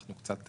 אנחנו קצת,